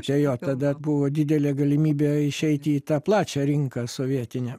čia jo tada buvo didelė galimybė išeiti į tą plačią rinką sovietinę